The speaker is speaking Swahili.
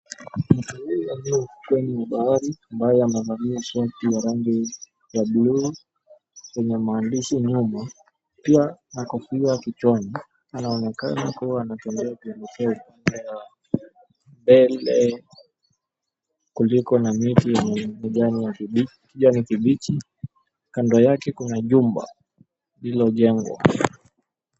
Mtu huyu aliye kwenye ufuo wa bahari ambaye amevalia shati ya rangi ya bluu yenye maandishi nyuma pia na kofia kichwani anaonekana kua anatembea kuelekea mbele kuliko na miti yenye majani ya kijani kibichi, kando yake kuna jumba lililojengwa.